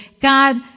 God